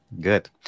good